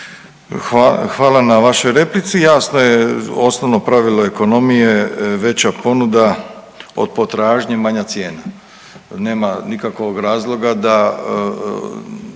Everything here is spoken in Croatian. hvala na vašoj replici. Jasno je, osnovno pravilo ekonomije je veća ponuda od potražnje, manja cijena. Nema nikakvog razloga da